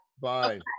Bye